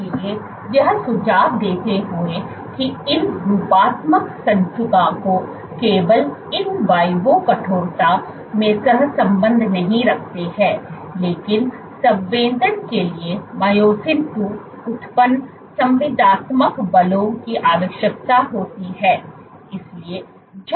इसलिएयह सुझाव देते हुए की इन रूपात्मक सूचकांकों केवल in vivo कठोरता में सहसंबंध नहीं रखते हैं लेकिन संवेदन के लिए मायोसिन II उत्पन्न संविदात्मक बलों की आवश्यकता होती है